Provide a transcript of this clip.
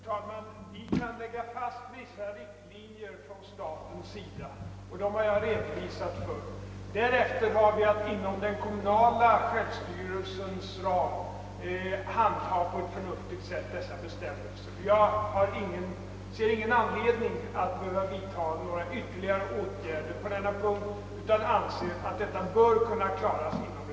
Herr talman! Vi kan lägga fram vissa riktlinjer från statens sida, och dem har jag redovisat för. Därefter har vi att inom den kommunala självstyrelsens ram handha dessa bestämmelser på ett förnuftigt sätt. Jag ser ingen anledning att nu vidta några ytterligare åtgärder på denna punkt. Detta bör klaras inom respektive kommuner.